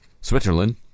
Switzerland